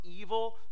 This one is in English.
evil